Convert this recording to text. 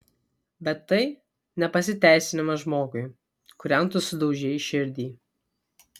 bet tai ne pasiteisinimas žmogui kuriam tu sudaužei širdį